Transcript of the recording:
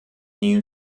new